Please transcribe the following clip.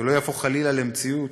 ולא יהפוך חלילה למציאות,